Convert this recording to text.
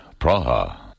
Praha